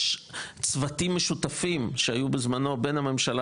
יש צוותים משותפים שהיו בזמנו בין הממשלה